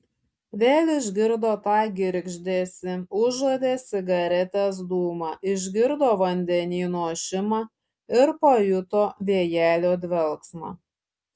vėl išgirdo tą girgždesį užuodė cigaretės dūmą išgirdo vandenyno ošimą ir pajuto vėjelio dvelksmą